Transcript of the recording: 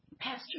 Pastor